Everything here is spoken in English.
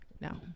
No